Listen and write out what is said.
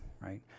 right